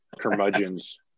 curmudgeons